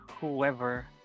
whoever